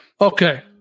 Okay